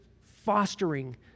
fostering